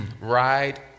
ride